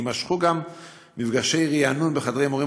יימשכו גם מפגשי רענון בחדרי מורים,